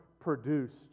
produced